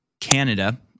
Canada